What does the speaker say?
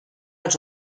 els